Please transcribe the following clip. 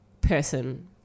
person